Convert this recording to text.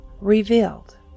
revealed